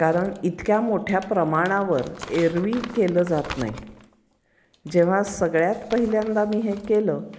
कारण इतक्या मोठ्या प्रमाणावर एरव्ही केलं जात नाही जेव्हा सगळ्यात पहिल्यांदा मी हे केलं